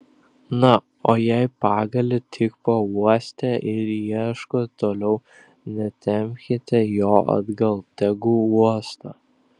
na o jei pagalį tik pauostė ir ieško toliau netempkite jo atgal tegu uosto